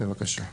אוקיי, בבקשה.